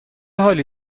حالی